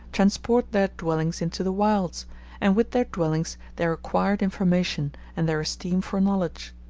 transport their dwellings into the wilds and with their dwellings their acquired information and their esteem for knowledge.